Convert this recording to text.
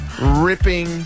ripping